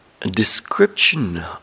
description